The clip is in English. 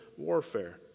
warfare